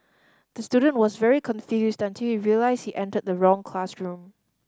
the student was very confused until realised he entered the wrong classroom